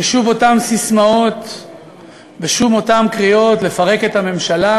ושוב אותן ססמאות ושוב אותן קריאות לפרק את הממשלה,